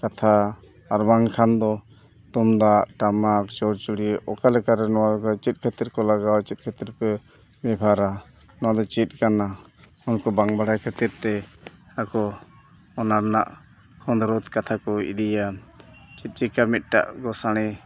ᱠᱟᱛᱷᱟ ᱟᱨ ᱵᱟᱝᱠᱷᱟᱱ ᱫᱚ ᱛᱩᱢᱫᱟᱜ ᱴᱟᱢᱟᱠ ᱪᱚᱲᱪᱚᱲᱤ ᱚᱠᱟ ᱞᱮᱠᱟᱨᱮ ᱱᱚᱣᱟ ᱪᱮᱫ ᱠᱷᱟᱹᱛᱤᱨ ᱠᱚ ᱞᱟᱜᱟᱣᱟ ᱪᱮᱫ ᱠᱷᱟᱹᱛᱤᱨ ᱯᱮ ᱵᱮᱵᱷᱟᱨᱟ ᱱᱚᱣᱟ ᱫᱚ ᱪᱮᱫ ᱠᱟᱱᱟ ᱩᱱᱠᱩ ᱵᱟᱝ ᱵᱟᱲᱟᱭ ᱠᱷᱟᱹᱛᱤᱨ ᱛᱮ ᱟᱠᱚ ᱚᱱᱟ ᱨᱮᱱᱟᱜ ᱠᱷᱚᱸᱫᱽᱨᱚᱫ ᱠᱟᱛᱷᱟ ᱠᱚ ᱤᱫᱤᱭᱟ ᱪᱮᱫ ᱪᱤᱠᱟᱹ ᱢᱤᱫᱴᱮᱱ ᱜᱳᱥᱟᱲᱮ